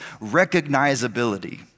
recognizability